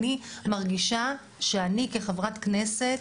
אני מרגישה שאני כחברת כנסת,